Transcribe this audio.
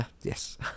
yes